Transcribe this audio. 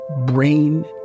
brain